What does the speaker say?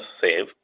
save